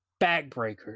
backbreakers